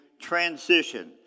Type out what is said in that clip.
transition